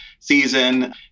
season